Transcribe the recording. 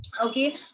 Okay